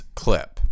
clip